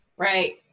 Right